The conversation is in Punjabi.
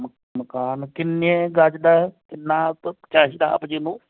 ਮ ਮਕਾਨ ਕਿੰਨੇ ਗਜ ਦਾ ਕਿੰਨਾ ਪ ਚਾਹੀਦਾ ਆਪ ਜੀ ਨੂੰ